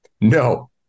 No